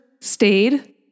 stayed